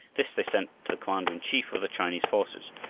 this they sent to the commander-in-chief of the chinese forces,